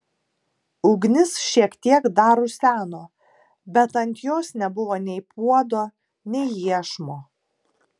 ugnis šiek tiek dar ruseno bet ant jos nebuvo nei puodo nei iešmo